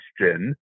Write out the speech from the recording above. question